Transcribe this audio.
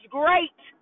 great